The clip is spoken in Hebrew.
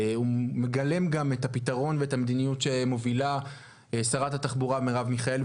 הוא מגלם גם את הפתרון ואת המדיניות שמובילה שרת התחבורה מרב מיכאלי,